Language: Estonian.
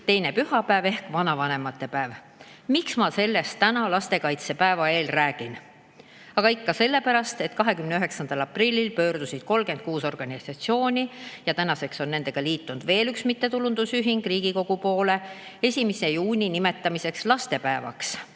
teine pühapäev ehk vanavanemate päev. Miks ma sellest täna, lastekaitsepäeva eel räägin? Aga ikka sellepärast, et 29. aprillil pöördus 36 organisatsiooni – ja tänaseks on nendega liitunud veel üks mittetulundusühing – Riigikogu poole ettepanekuga nimetada 1. juuni lastepäevaks